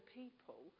people